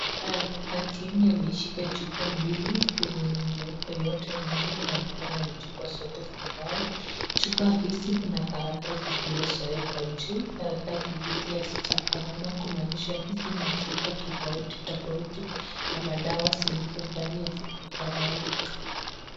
Ambaye amekaa chini ameshika chupa mbili zenye ni nyeupe, yote mbili inaonekana ni chupa zote za dawa, chupa hizi kuna karatasi zilizowekwa juu, karatasi hizi hazijafanana kumaanisha hizi ni chupa tofautitofauti ama dawa zilizo ndani hazijafanana.